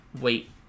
wait